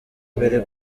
mbere